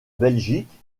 belgique